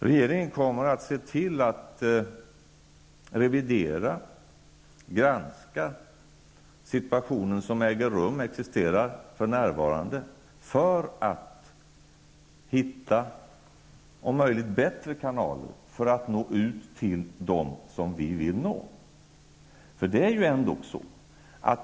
Regeringen kommer att granska situationen som för närvarande är för handen för att om möjligt finna bättre kanaler för att nå ut till dem som vi vill nå.